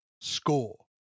score